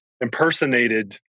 impersonated